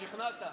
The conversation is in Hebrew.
שכנעת.